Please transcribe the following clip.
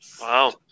Wow